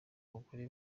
abagore